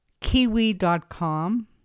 Kiwi.com